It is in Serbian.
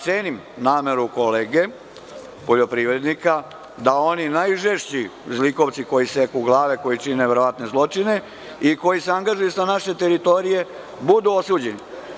Cenim nameru kolege poljoprivrednika da oni najžešći zlikovci koji seku glave, koji čine neverovatne zločine i koji se angažuju sa naše teritorije budu osuđeni.